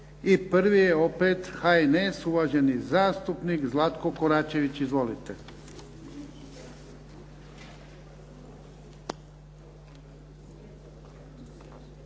I prvi je opet HNS uvaženi zastupnik Zlatko Koračević. Izvolite.